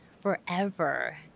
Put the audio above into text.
forever